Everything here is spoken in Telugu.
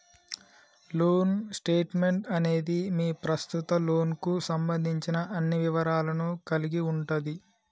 లోన్ స్టేట్మెంట్ అనేది మీ ప్రస్తుత లోన్కు సంబంధించిన అన్ని వివరాలను కలిగి ఉంటది